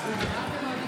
צביקה.